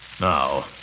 Now